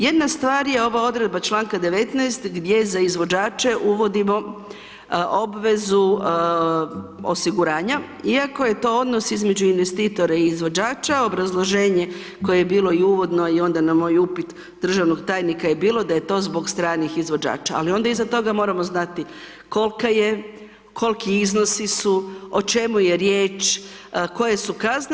Jedna stvar je ova odredba članka 19. gdje za izvođače uvodimo obvezu osiguranja iako je to odnos između investitora i izvođača, obrazloženje koje je bilo i uvodno i onda na moj upit državnog tajnika je bilo da je to zbog stranih izvođača, ali onda iza toga moramo znati, kolka je, kolki iznosi su, o čemu je riječ, koje su kazne.